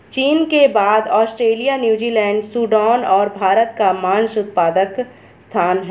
चीन के बाद ऑस्ट्रेलिया, न्यूजीलैंड, सूडान और भारत का मांस उत्पादन स्थान है